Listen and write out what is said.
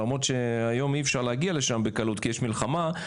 למרות שהיום אי אפשר להגיע לשם בקלות כי יש מלחמה,